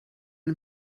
dem